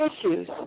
issues